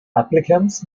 applicants